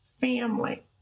family